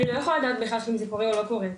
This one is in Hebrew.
אני לא יכולה לדעת אם זה קורה או לא קורה.